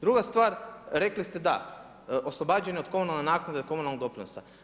Druga stvar, rekli ste da, oslobađanje od komunalne naknade i komunalnog doprinosa.